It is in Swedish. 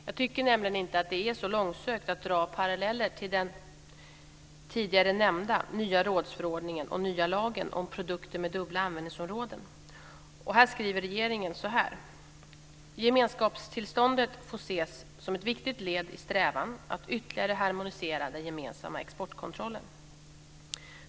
Jag tycker nämligen inte att det är så långsökt att dra paralleller till den tidigare nämnda nya rådsförordningen och nya lagen om produkter med dubbla användningsområden. Regeringen skriver så här: Gemenskapstillståndet får ses som ett viktigt led i strävan att ytterligare harmonisera den gemensamma exportkontrollen.